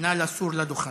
נא לסור לדוכן.